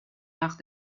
nach